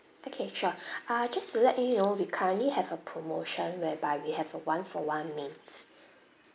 okay sure uh just to let you know we currently have a promotion whereby we have a one-for-one mains